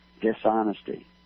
dishonesty